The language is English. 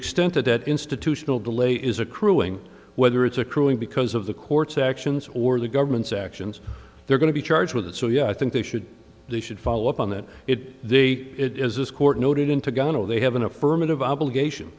extent that that institutional delay is accruing whether it's occurring because of the court's actions or the government's actions they're going to be charged with that so yeah i think they should they should follow up on that it they it is this court noted into goneril they have an affirmative obligation